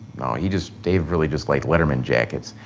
no he just, dave really just likes letterman jackets.